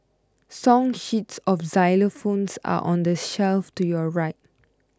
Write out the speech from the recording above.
song sheets of xylophones are on the shelf to your right